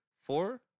Four